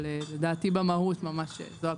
לדעתי, במהות ממש זאת הכוונה.